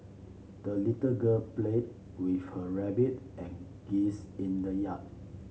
the little girl played with her rabbit and geese in the yard